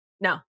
No